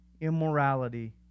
immorality